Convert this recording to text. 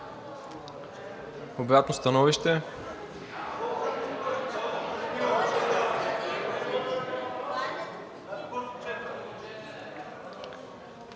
Обратно становище?